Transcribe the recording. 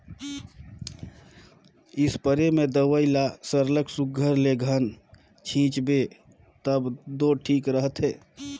spray में दवई ल सरलग सुग्घर ले घन छींचबे तब दो ठीक रहथे